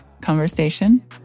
conversation